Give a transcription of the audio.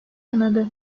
kınadı